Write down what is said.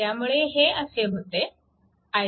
त्यामुळे हे असे होते